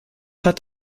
hat